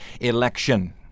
election